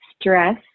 stress